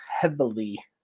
heavily